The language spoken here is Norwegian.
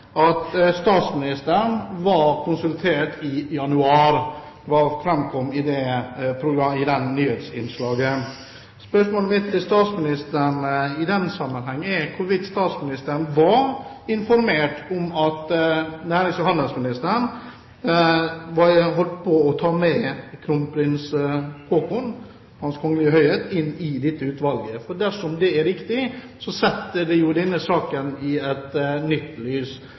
i det nyhetsinnslaget. Spørsmålet mitt til statsministeren i den sammenheng går på hvorvidt statsministeren var informert om at nærings- og handelsministeren ville ta med kronprins Haakon, Hans Kongelige Høyhet, inn i dette utvalget. Dersom det er riktig, setter det jo denne saken i et nytt lys.